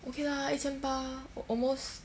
okay lah 一千八 al~ almost